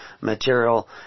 material